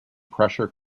pressure